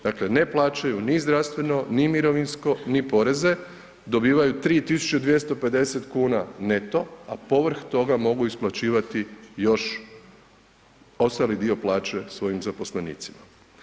Dakle ne plaćaju ni zdravstveno, ni mirovinsko, ni poreze, dobivaju 3.250 kuna neto, a povrh toga mogu isplaćivati još ostali dio plaće svojim zaposlenicima.